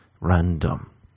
random